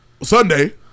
Sunday